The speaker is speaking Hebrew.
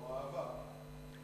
או אהבה.